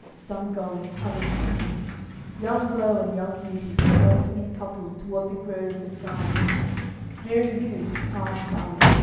some going, others coming young beaux and young beauties were sauntering in couples toward the groves and gardens merry youths passed by,